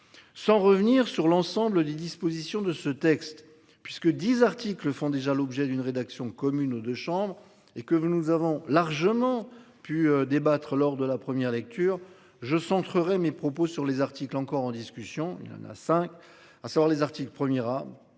Sans revenir sur l'ensemble des dispositions de ce texte puisque 10 articles font déjà l'objet d'une rédaction commune aux deux chambres et que vous nous avons largement pu débattre lors de la première lecture. Je centrerai mes propos sur les articles encore en discussion n'n'a cinq, à savoir les articles